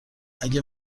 اگه